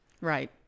Right